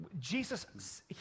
Jesus